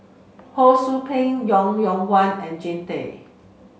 Ho Sou Ping Yong Yong Guan and Jean Tay